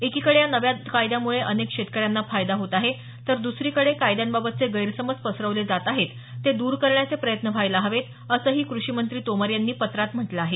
एकीकडे या नव्या कायद्यामुळे अनेक शेतकऱ्यांना फायदा होतो आहे तर दुसरीकडे कायद्यांबाबतचे गैरसमज पसरवले जात आहेत ते दुर करण्याचे प्रयत्न व्हायला हवेत असंही कृषीमंत्री तोमर यांनी पत्रांत म्हटलं आहे